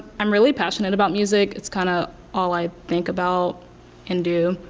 i'm really passionate about music. it's kind of all i think about and do.